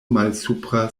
malsupra